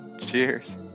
Cheers